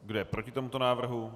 Kdo je proti tomuto návrhu?